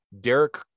Derek